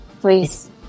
Please